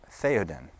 Theoden